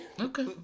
Okay